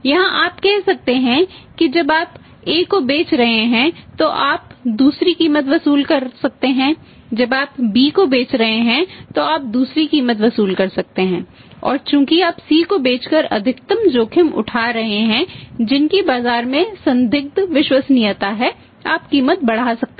यहाँ आप कह सकते हैं कि जब आप A को बेच रहे हैं तो आप दूसरी कीमत वसूल कर सकते हैं जब आप B को बेच रहे हैं तो आप दूसरी कीमत वसूल कर सकते हैं और चूंकि आप C को बेचकर अधिकतम जोखिम उठा रहे हैं जिनकी बाजार में संदिग्ध विश्वसनीयता है आप कीमत बढ़ा सकते हैं